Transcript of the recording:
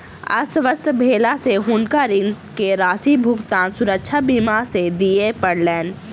अस्वस्थ भेला से हुनका ऋण के राशि भुगतान सुरक्षा बीमा से दिय पड़लैन